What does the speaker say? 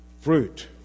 fruit